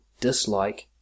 dislike